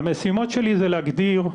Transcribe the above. המשימות שלי זה להגדיר,